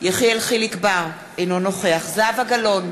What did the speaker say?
יחיאל חיליק בר, אינו נוכח זהבה גלאון,